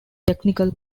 technical